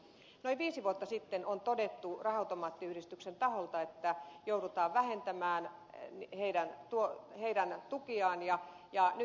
noin viisi vuotta sitten on todettu raha automaattiyhdistyksen taholta että joudutaan vähentämään niiden tukia ja nyt me olemme sitten